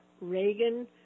Reagan